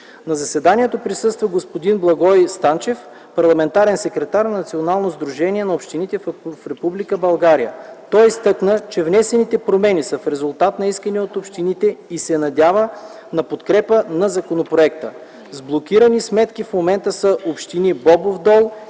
На заседанието присъства господин Благой Станчев – парламентарен секретар на Национално сдружение на общините в Република България. Той изтъкна, че внесените промени са в резултат на искане от общините и се надява на подкрепа на законопроекта. С блокирани сметки в момента са общини Бобов дол